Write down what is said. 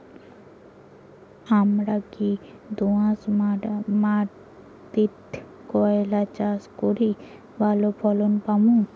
হামরা কি দোয়াস মাতিট করলা চাষ করি ভালো ফলন পামু?